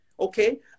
Okay